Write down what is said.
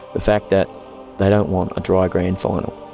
the fact that they don't want a dry grand final.